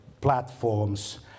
platforms